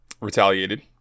retaliated